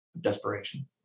desperation